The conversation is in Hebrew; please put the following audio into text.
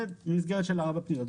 זה במסגרת ארבע פניות.